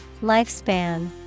Lifespan